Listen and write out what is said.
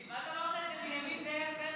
כמעט אמרת בנימין זאב הרצל.